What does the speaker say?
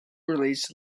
released